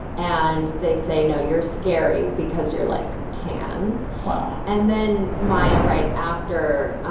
and they say, no, you're scary because you're, like, tan wow and then maya right after